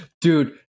Dude